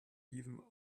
even